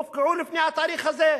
הופקעו לפני התאריך הזה.